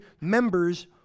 members